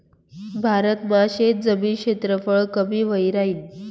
भारत मा शेतजमीन क्षेत्रफळ कमी व्हयी राहीन